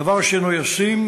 דבר שאינו ישים,